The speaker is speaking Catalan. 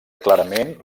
clarament